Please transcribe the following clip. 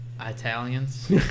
Italians